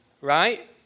Right